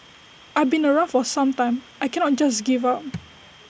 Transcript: I've been around for some time I cannot just give up